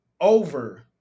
over